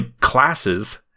classes